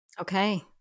Okay